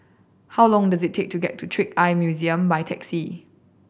how long does it take to get to Trick Eye Museum by taxi